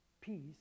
peace